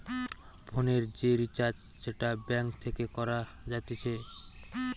ফোনের যে রিচার্জ সেটা ব্যাঙ্ক থেকে করা যাতিছে